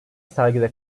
sergide